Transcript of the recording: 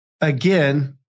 again